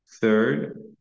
Third